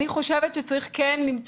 אני חושבת שכן צריך כמובן,